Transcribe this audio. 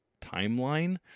timeline